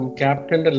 captain